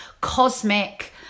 cosmic